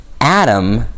Adam